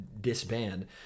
disband